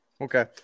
Okay